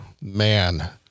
man